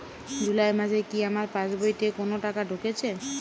জুলাই মাসে কি আমার পাসবইতে কোনো টাকা ঢুকেছে?